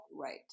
Right